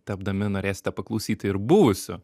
tepdami norėsite paklausyti ir buvusių